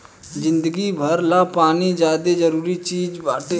जिंदगी भर ला पानी ज्यादे जरूरी चीज़ बाटे